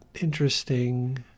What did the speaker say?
interesting